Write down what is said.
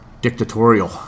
dictatorial